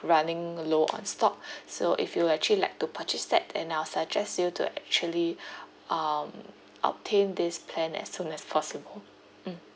running low on stock so if you actually like to purchase that then I will suggest you to actually um obtain this plan as soon as possible mm